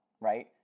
right